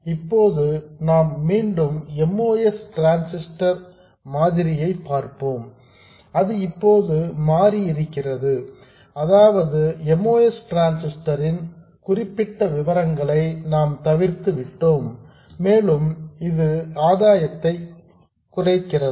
இப்போது நாம் மீண்டும் MOS டிரான்சிஸ்டர் மாதிரியை பார்ப்போம் அது இப்போது மாறி இருக்கிறது அதாவது MOS டிரான்சிஸ்டர் ன் குறிப்பிட்ட விவரங்களை நாம் தவிர்த்து விட்டோம் மேலும் இது ஆதாயத்தை குறைக்கிறது